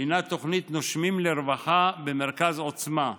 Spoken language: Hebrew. הינה התוכנית נושמים לרווחה במרכז עוצמה.